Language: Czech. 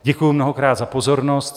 Děkuju mnohokrát za pozornost.